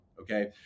Okay